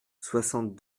soixante